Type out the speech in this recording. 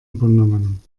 übernommen